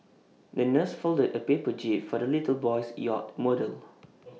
the nurse folded A paper jib for the little boy's yacht model